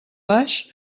baix